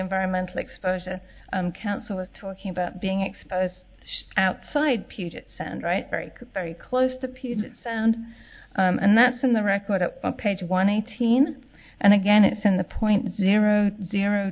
environmental exposure council is talking about being exposed outside puget sound right very very close to people and and that's in the record at page one eighteen and again it's in the point zero zero